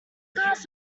cars